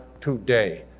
today